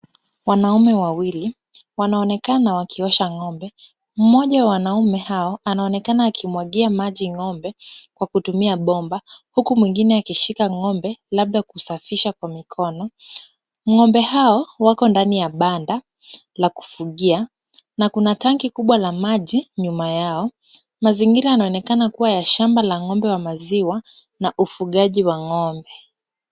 Wanaume wawili wanaonekana wakiosha ng'ombe. Mmoja wa wanaume hao anaonekana akimwagia maji ng'ombe kwa kutumia bomba huku mwingine akishika ng'ombe labda kusafisha kwa mikono. Ng'ombe hao wako ndani ya banda la kufugia na kuna tanki kubwa la maji nyuma yao. Mazingira yanaonekana kuwa ya shamba la ng'ombe wa maziwa na ufugaji wa ng'ombe.